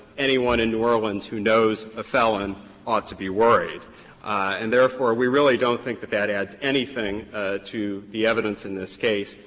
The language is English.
anyone in new orleans who knows a felon ought to be worried and therefore we really don't think that that adds anything to the evidence in this case.